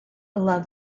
allow